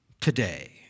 today